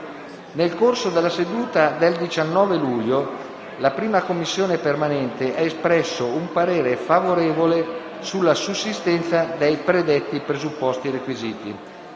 Nel corso della seduta di ieri la 1a Commissione permanente ha espresso parere favorevole sulla sussistenza dei predetti presupposti e requisiti.